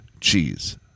cheese